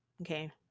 Okay